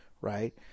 Right